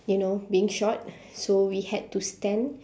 you know being short so we had to stand